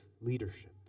leadership